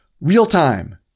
real-time